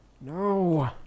no